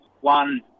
one